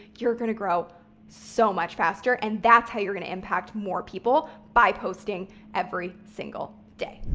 you're going to grow so much faster and that's how you're going to impact more people by posting every single day.